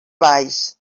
baix